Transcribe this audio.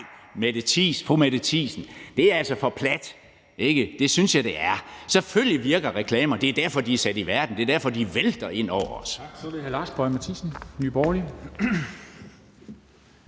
det er altså for plat. Det synes jeg det er. Selvfølgelig virker reklamer; det er derfor, de er sat i verden, det er derfor, de vælter ind over os.